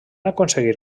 aconseguir